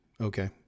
Okay